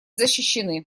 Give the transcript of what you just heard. защищены